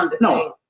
no